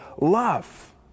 love